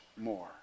more